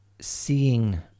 seeing